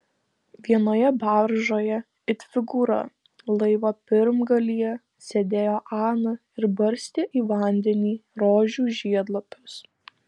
vienoje baržoje it figūra laivo pirmgalyje sėdėjo ana ir barstė į vandenį rožių žiedlapius